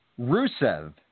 Rusev